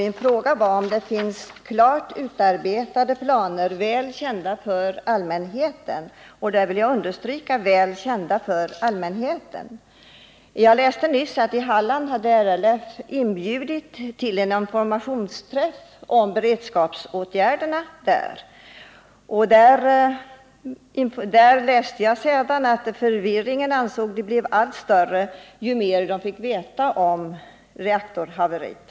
Min fråga är om det finns några klart utarbetade planer, som är väl kända för allmänheten. Där vill jag särskilt understryka orden väl kända för allmänheten. Jag läste nyss att LRF i Halland hade inbjudit till en informationsträff om beredskapsåtgärder i händelse av en olycka men att förvirringen blivit allt större ju mer man fått veta om reaktorhaveriet.